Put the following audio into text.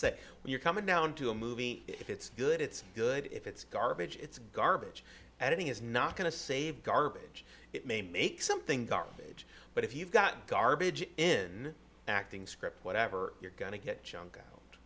say you're coming down to a movie it's good it's good if it's garbage it's garbage editing is not going to save garbage it may make something garbage but if you've got garbage in acting script whatever you're gonna get